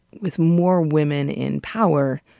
with more women in power,